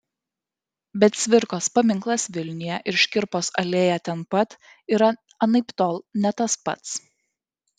bet cvirkos paminklas vilniuje ir škirpos alėja ten pat yra anaiptol ne tas pats